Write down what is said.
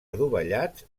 adovellats